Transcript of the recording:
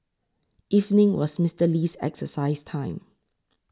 evening was Mister Lee's exercise time